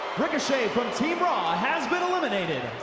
ricochet from team raw has been eliminated.